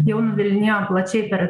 jau nuvilnijo plačiai per